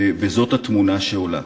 וזאת התמונה שעולה.